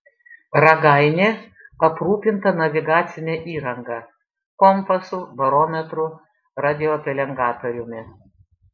ragainė aprūpinta navigacine įranga kompasu barometru radiopelengatoriumi